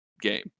game